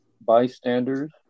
bystanders